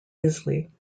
bisley